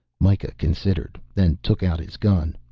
mikah considered, then took out his gun.